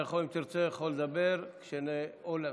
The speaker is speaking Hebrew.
אתה יכול, אם תרצה, לדבר או לעצור.